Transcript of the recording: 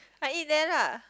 I eat there lah